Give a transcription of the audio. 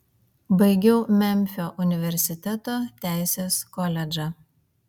baigiau memfio universiteto teisės koledžą